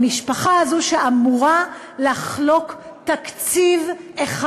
המשפחה הזו שאמורה לחלוק תקציב אחד.